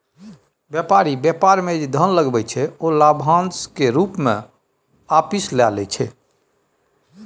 बेपारी बेपार मे जे धन लगबै छै ओ लाभाशं केर रुप मे आपिस लए लैत छै